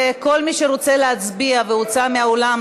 כל מי שרוצה להצביע והוצא מהאולם,